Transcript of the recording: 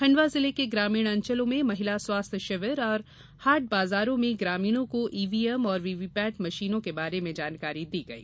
खंडवा जिले के ग्रामीण अचंलों में महिला स्वास्थ्य शिविर और हॉट बाजारों में ग्रामीणों को ईवीएम और वीवीपेट मशीन के बारे में जानकारी दी गई